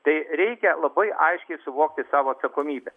tai reikia labai aiškiai suvokti savo atsakomybę